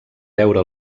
veure